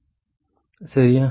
மாணவர் சரியா